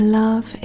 love